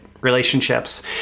relationships